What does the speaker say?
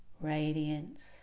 radiance